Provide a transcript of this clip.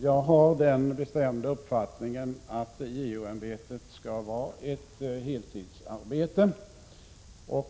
Jag har den bestämda uppfattningen att JO-ämbetet skall vara ett heltidsarbete.